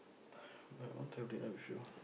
but I want to have dinner with you